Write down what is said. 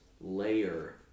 layer